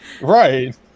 Right